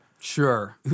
Sure